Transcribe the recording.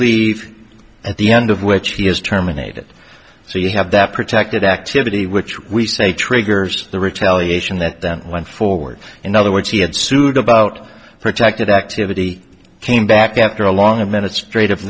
leave at the end of which he has terminated so you have that protected activity which we say triggers the retaliation that then went forward in other words he had sued about protected activity came back after a long min